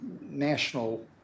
national